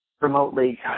remotely